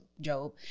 Job